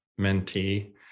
mentee